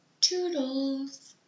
toodles